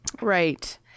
Right